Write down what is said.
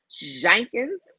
Jenkins